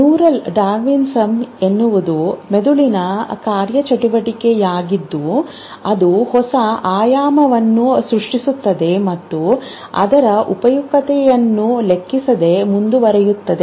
neural Darwinism ಎನ್ನುವುದು ಮೆದುಳಿನ ಕಾರ್ಯಚಟುವಟಿಕೆಯಾಗಿದ್ದು ಅದು ಹೊಸ ಆಯಾಮವನ್ನು ಸೃಷ್ಟಿಸುತ್ತದೆ ಮತ್ತು ಅದರ ಉಪಯುಕ್ತತೆಯನ್ನು ಲೆಕ್ಕಿಸದೆ ಮುಂದುವರಿಯುತ್ತದೆ